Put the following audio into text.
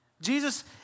Jesus